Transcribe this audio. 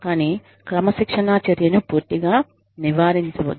కానీ క్రమశిక్షణా చర్యను పూర్తిగా నివారించవద్దు